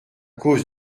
cause